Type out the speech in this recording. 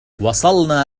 وصلنا